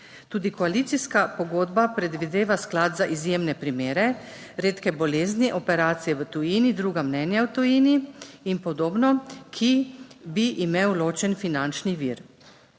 Tudi koalicijska pogodba predvideva sklad za izjemne primere, redke bolezni, operacije v tujini, druga mnenja v tujini in podobno, ki bi imel ločen finančni vir.